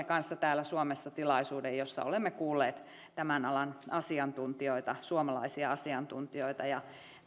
kanssa täällä suomessa tilaisuuden jossa olemme kuulleet tämän alan asiantuntijoita suomalaisia asiantuntijoita